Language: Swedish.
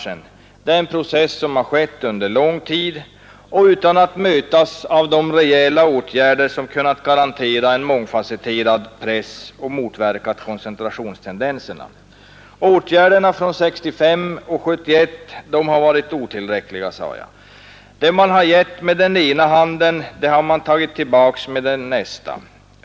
Det är en process som har pågått under lång tid och utan att mötas av de rejäla åtgärder som kunnat garantera en mångfasetterad press och motverka koncentrationstendenserna. Ätgärderna från 1965 och 1971 har varit otillräckliga, sade jag. Det man har gett med den ena handen har man tagit tillbaka med den andra.